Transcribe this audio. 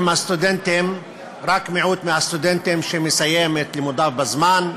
רק מיעוט מהסטודנטים מסיים את לימודיו בזמן,